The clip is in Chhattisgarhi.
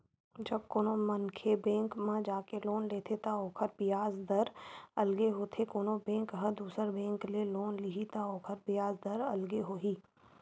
जब कोनो मनखे बेंक म जाके लोन लेथे त ओखर बियाज दर अलगे होथे कोनो बेंक ह दुसर बेंक ले लोन लिही त ओखर बियाज दर अलगे होही